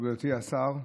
מכובדי השר,